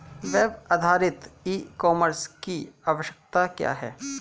Web आधारित e commerce की आवश्यकता क्या है?